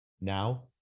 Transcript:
Now